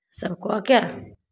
सभ कऽ कऽ